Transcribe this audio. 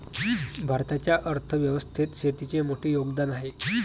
भारताच्या अर्थ व्यवस्थेत शेतीचे मोठे योगदान आहे